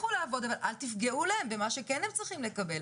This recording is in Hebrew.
לכו לעבוד אבל אל תפגעו להם במה שכן הם צריכים לקבל.